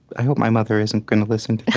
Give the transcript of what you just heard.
i hope my mother isn't going to listen to this.